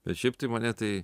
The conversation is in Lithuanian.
bet šiaip tai mane tai